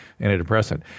antidepressant